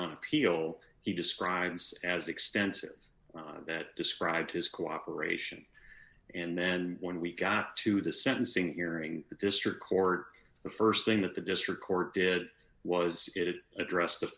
an appeal he describes as extensive that described his cooperation and then when we got to the sentencing hearing the district court the st thing that the district court did was it addressed the